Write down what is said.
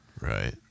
Right